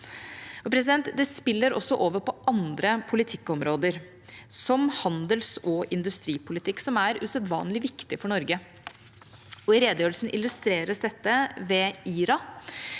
Det spiller også over på andre politikkområder, som handels- og industripolitikk, som er usedvanlig viktig for Norge. I redegjørelsen illustreres dette ved IRA,